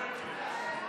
הצבעה.